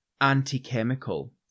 anti-chemical